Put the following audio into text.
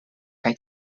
kaj